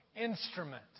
instrument